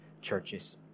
churches